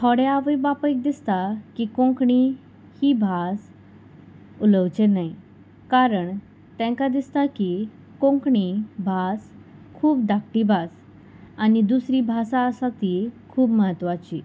थोडे आवय बापायक दिसता की कोंकणी ही भास उलोवचें न्हय कारण तांकां दिसता की कोंकणी भास खूब धाकटी भास आनी दुसरी भासा आसा ती खूब म्हत्वाची